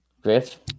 Griff